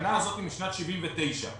התקנה הזאת משנת 79',